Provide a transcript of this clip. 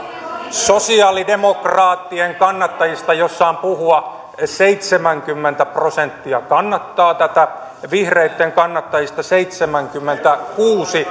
sosialidemokraattien kannattajista jos saan puhua seitsemänkymmentä prosenttia kannattaa tätä ja vihreitten kannattajista seitsemänkymmentäkuusi